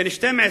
בן 12,